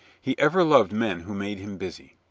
he ever loved men who made him busy.